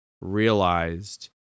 realized